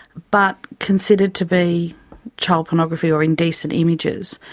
but considered to be child pornography or indecent images.